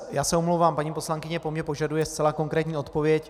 Já se omlouvám, paní poslankyně po mně požaduje zcela konkrétní odpověď.